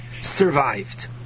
survived